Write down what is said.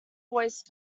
voice